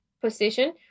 position